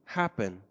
happen